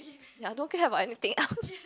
ya don't care about anything else